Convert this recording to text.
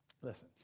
listen